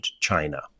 China